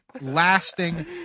lasting